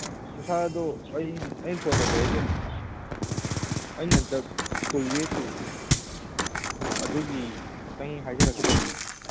ꯁꯥꯔ ꯑꯗꯣ ꯑꯩ ꯑꯩꯅ ꯐꯣꯟ ꯇꯧꯖꯔꯛꯏꯁꯦ ꯑꯩꯅ ꯍꯟꯗꯛ ꯁ꯭ꯀꯨꯜ ꯂꯦꯞꯈꯤꯕꯗꯣ ꯑꯗꯨꯒꯤ ꯈꯤꯇꯪ ꯍꯥꯏꯖꯔꯛꯀꯦ ꯇꯧꯅꯤꯗ